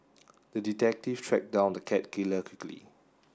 the detective tracked down the cat killer quickly